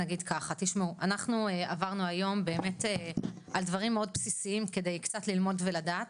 אנחנו עברנו היום באמת על דברים מאוד בסיסיים על מנת קצת ללמוד ולדעת.